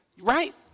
right